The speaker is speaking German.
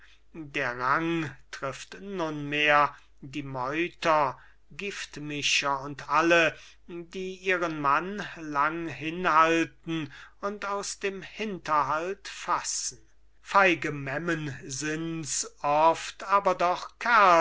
der rang trifft nunmehr die meuter giftmischer und alle die ihren mann lang hinhalten und aus dem hinterhalt fassen feige memmen sinds oft aber doch